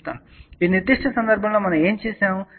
కాబట్టి ఈ నిర్దిష్ట సందర్భంలో మనం ఏమి చేసాము